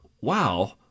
wow